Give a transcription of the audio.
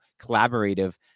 collaborative